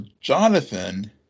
Jonathan